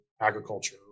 agriculture